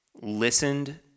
listened